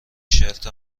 شرت